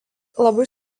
labai